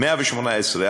118,